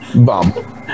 bum